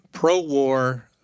pro-war